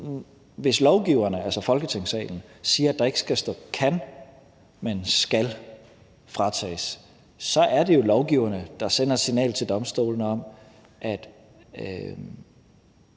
hvis lovgiverne, altså jer i Folketingssalen, siger, at der ikke skal stå »kan fratages«, men »skal fratages«, så er det jo lovgiverne, der sender et signal til domstolene om, at